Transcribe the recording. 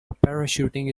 parachuting